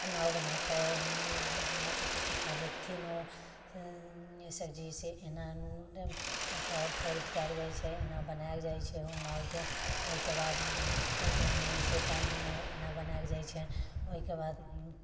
नाव बनाके ओ हमरा सभकेँ सिखाबथिन ओ सरजी से एना ओकरा फोल्ड कयल जाइत छै एना बनाएल जाइत छै ओहि नावके ओहिके बाद ओ डूबैत नहि छै पानिमे एना बनाएल जाइत छै ओहिके बाद